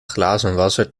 glazenwasser